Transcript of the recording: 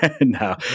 No